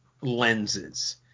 lenses